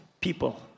people